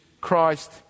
Christ